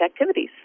activities